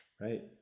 Right